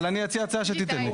אני אציע את ההצעה כשתיתן לי.